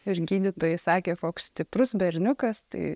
ir gydytojai sakė koks stiprus berniukas tai